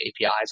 APIs